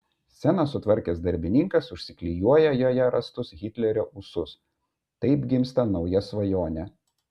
sceną sutvarkęs darbininkas užsiklijuoja joje rastus hitlerio ūsus taip gimsta nauja svajonė